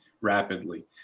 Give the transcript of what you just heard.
rapidly